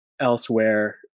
elsewhere